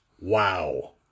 Wow